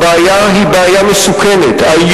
והיא בעיה מסוכנת ביותר.